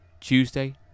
Tuesday